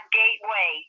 gateway